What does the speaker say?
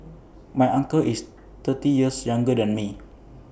my uncle is thirty years younger than me